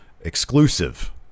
exclusive